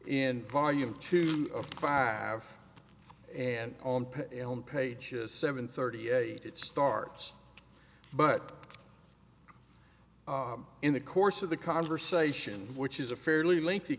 in volume two five and on page seven thirty eight it starts but in the course of the conversation which is a fairly lengthy